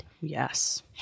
Yes